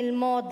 ללמוד,